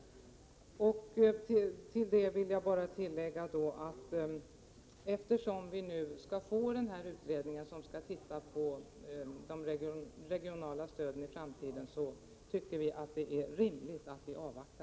Eftersom det nu skall tillsättas en utredning som skall titta på det regionala stödet i framtiden är det rimligt att avvakta.